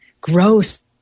gross